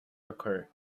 occur